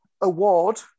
Award